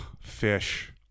Fish